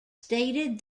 stated